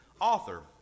author